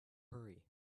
hurry